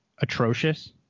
atrocious